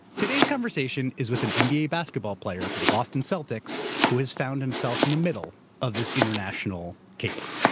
today's conversation is with an nba basketball player for the boston celtics who has found himself in the middle of this international caper.